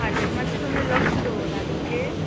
हाचेर मातशें तुमी लक्ष दवरात ओके